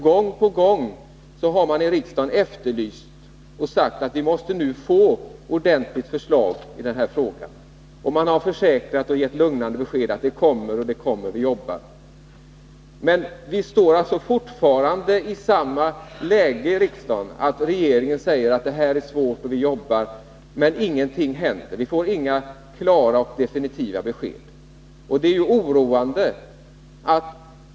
Gång på gång har vi i riksdagen efterlyst en proposition och sagt att vi måste få ett ordentligt förslag i denna fråga. Det har getts lugnande besked om att förslaget kommer och att man jobbar på det. Men fortfarande har vi samma läge i riksdagen, nämligen att regeringen säger att det här är svårt och att man jobbar på det. Ingenting händer; vi får inga klara och hållbara besked.